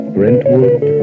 Brentwood